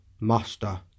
master